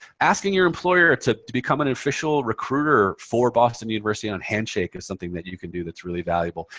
asking your employer to to become an official recruiter for boston university on on handshake is something that you can do that's really valuable.